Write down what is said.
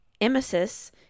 emesis